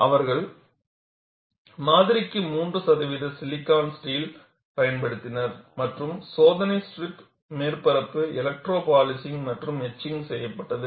அவர்கள் மாதிரிக்கு 3 சதவிகித சிலிக்கான் ஸ்டீல் பயன்படுத்தினர் மற்றும் சோதனை ஸ்ட்ரிப் மேற்பரப்பு எலக்ட்ரோ பாலிசிங்க் மற்றும் எட்சிங்க் செய்யப்பட்டது